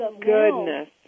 goodness